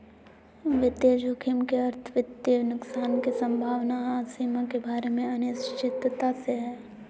वित्तीय जोखिम के अर्थ वित्तीय नुकसान के संभावना आर सीमा के बारे मे अनिश्चितता से हय